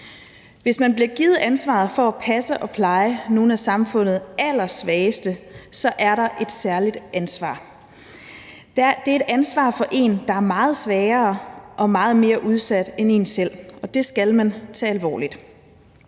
Hvis man bliver givet ansvaret for at passe og pleje nogle af samfundets allersvageste, er der et særligt ansvar. Det er et ansvar for en, der er meget svagere og meget mere udsat end en selv, og det skal man tage alvorligt.